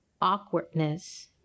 awkwardness